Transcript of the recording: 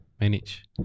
manage